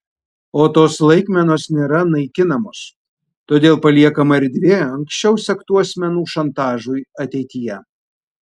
o tos laikmenos nėra naikinamos todėl paliekama erdvė anksčiau sektų asmenų šantažui ateityje